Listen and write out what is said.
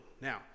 Now